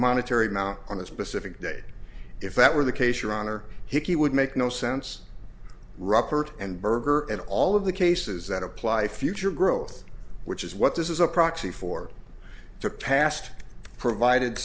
monetary now on a specific date if that were the case your honor he would make no sense ruppert and berger and all of the cases that apply future growth which is what this is a proxy for the past provided